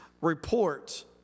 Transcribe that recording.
report